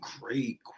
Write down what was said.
great